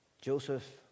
Joseph